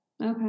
Okay